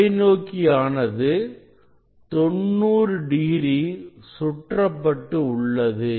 தொலைநோக்கி ஆனது 90 டிகிரி சுற்றப்பட்டு உள்ளது